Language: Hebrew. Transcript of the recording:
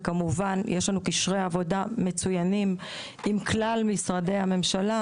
וכמובן שיש לנו קשרי עבודה מצוינים עם כלל משרדי הממשלה,